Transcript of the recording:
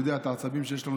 הוא יודע את העצבים שיש לנו,